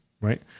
right